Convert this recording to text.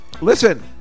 listen